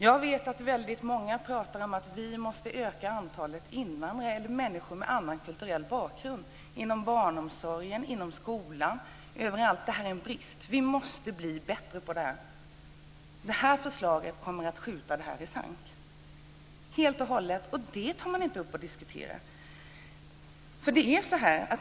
Jag vet att väldigt många pratar om att vi inom barnomsorgen, skolan och överallt där det är brister måste öka antalet människor med annan kulturell bakgrund, om att vi måste bli bättre i det avseendet. Det här förslaget kommer dock helt och hållet att skjuta det i sank men det tas inte upp till diskussion.